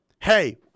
hey